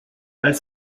als